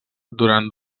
durant